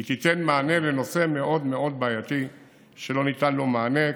זה ייתן מענה לנושא מאוד מאוד בעייתי שלא ניתן לו מענה,